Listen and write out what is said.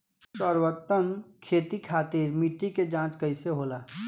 सर्वोत्तम खेती खातिर मिट्टी के जाँच कईसे होला?